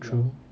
true